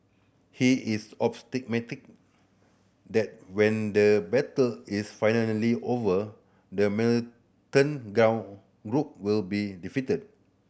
he is that when the battle is finally over the militant gone group will be defeated